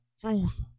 truth